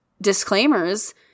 disclaimers